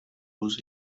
lose